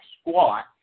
squat